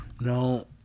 No